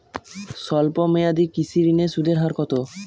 স্বল্প মেয়াদী কৃষি ঋণের সুদের হার কত?